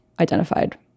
identified